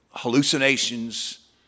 hallucinations